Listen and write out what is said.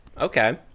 Okay